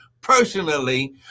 personally